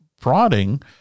prodding